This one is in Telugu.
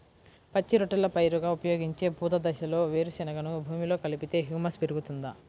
పచ్చి రొట్టెల పైరుగా ఉపయోగించే పూత దశలో వేరుశెనగను భూమిలో కలిపితే హ్యూమస్ పెరుగుతుందా?